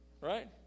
Right